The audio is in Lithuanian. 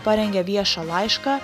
parengė viešą laišką